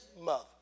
mother